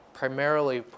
primarily